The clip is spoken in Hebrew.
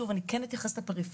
שוב אני כן אתייחס לפריפריה,